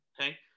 Okay